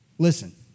Listen